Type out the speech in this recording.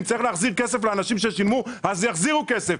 אם צריך להחזיר כסף לאנשים ששילמו אז יחזירו כסף.